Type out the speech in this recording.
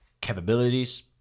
capabilities